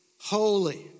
Holy